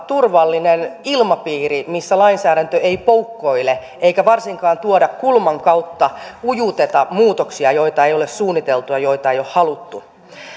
turvallinen ilmapiiri missä lainsäädäntö ei poukkoile eikä varsinkaan kulman kautta ujuteta muutoksia joita ei ole suunniteltu ja joita ei ole haluttu